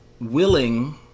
willing